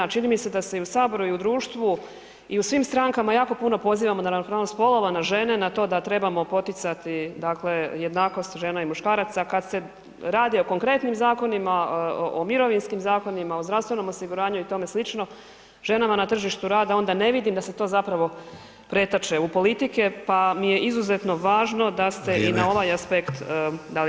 Čini mi se da se i u Saboru i u društvu i u svim strankama jako puno pozivamo na ravnopravnost spolova, na žene, na to da trebamo poticati dakle jednakost žena i muškaraca, kad se radi o konkretnim zakona, o mirovinskim zakonima, o zdravstvenom osiguranju i tome slično, ženama na tržištu rada, onda ne vidim da se to zapravo pretače u politike pa mi je izuzetno važno da ste [[Upadica: Vrijeme.]] i ovaj aspekt dali naglasak.